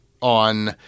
on